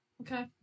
okay